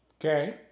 Okay